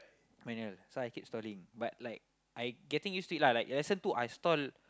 manual so I keep stalling but like I getting used to it lah like lesson two I stall